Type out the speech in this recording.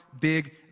big